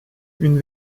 une